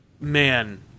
man